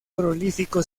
prolífico